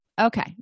Okay